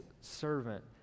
servant